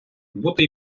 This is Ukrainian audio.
бути